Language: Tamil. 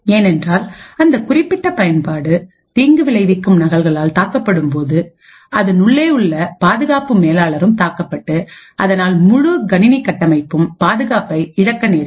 ஏனென்றால் அந்த குறிப்பிட்ட பயன்பாடு தீங்கு விளைவிக்கும் நகல்களால் தாக்கப்படும்போது அதனுள்ளே உள்ள பாதுகாப்பு மேலாளரும் தாக்கப்பட்டு அதனால் முழு கணினி கட்டமைப்பும் பாதுகாப்பை இழக்க நேரிடும்